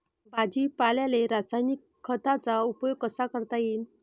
भाजीपाल्याले रासायनिक खतांचा उपयोग कसा करता येईन?